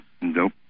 Nope